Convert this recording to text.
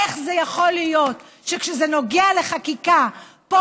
איך זה יכול להיות שכשזה נוגע לחקיקה פה,